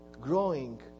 growing